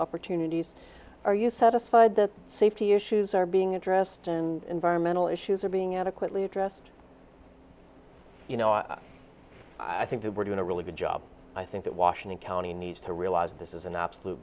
opportunities are you satisfied that safety issues are being addressed and environmental issues are being adequately addressed you know i i think that we're doing a really good job i think that washington county needs to realize this is an absolute